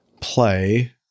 play